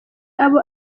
abo